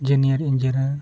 junior engineer